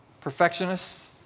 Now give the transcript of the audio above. Perfectionists